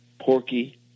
Porky